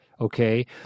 okay